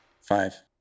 Five